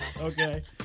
Okay